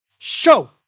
show